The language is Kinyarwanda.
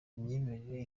imyemerere